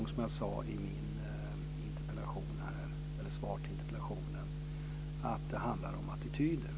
Och som jag sade i mitt interpellationssvar så handlar det om attityder.